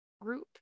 group